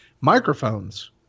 microphones